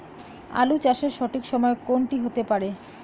আলু চাষের সঠিক সময় কোন টি হতে পারে?